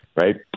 Right